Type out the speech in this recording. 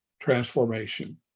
transformation